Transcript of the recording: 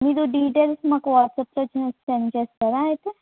మీదు details మాకు వాట్సప్లో send చేస్తారా అయితే